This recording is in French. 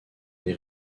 des